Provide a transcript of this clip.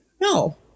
No